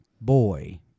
boy